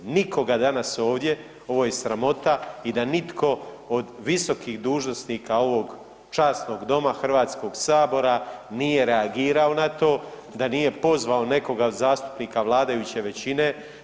Nikoga danas ovdje, ovo je sramota i da nitko od visokih dužnosnika ovog časnog doma HS-a nije reagirao na to da nije pozvao nekoga od zastupnika vladajuće većine.